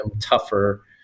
tougher